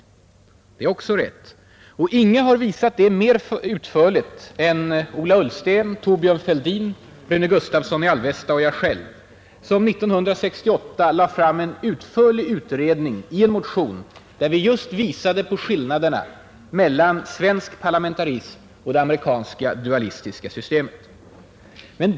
Det är också rätt, och ingen har visat det mera utförligt än Ola Ullsten, Thorbjörn Fälldin, Rune Gustavsson i Alvesta och jag, som 1968 lade fram en utförlig utredning i en motion där vi just visade på skillnaderna mellan svensk parlamentarism och det amerikanska dualistiska systemet.